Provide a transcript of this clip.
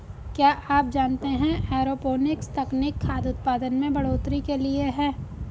क्या आप जानते है एरोपोनिक्स तकनीक खाद्य उतपादन में बढ़ोतरी के लिए है?